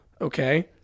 okay